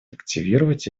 активизировать